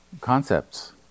concepts